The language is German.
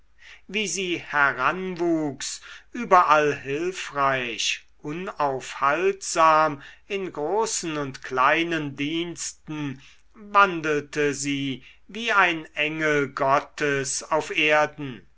wie sie heranwuchs überall hülfreich unaufhaltsam in großen und kleinen diensten wandelte sie wie ein engel gottes auf erden